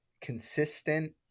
consistent